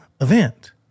event